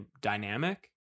dynamic